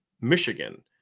Michigan